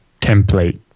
template